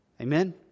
Amen